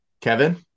Kevin